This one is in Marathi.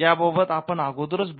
याबाबत आपण अगोदरच